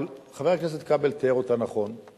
אבל חבר הכנסת כבל תיאר אותה נכון.